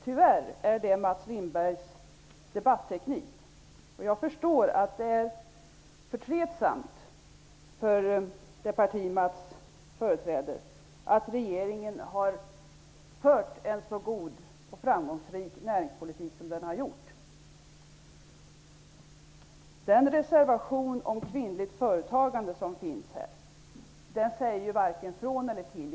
Det är tyvärr Mats Lindbergs debatteknik. Jag förstår att det är förtretligt för det parti Mats Lindberg företräder att regeringen har fört en så god och framgångsrik näringspolitik som den har gjort. Den reservation om kvinnligt företagande som finns här säger varken det ena eller det andra.